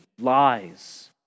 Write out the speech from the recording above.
lies